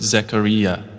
Zechariah